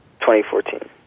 2014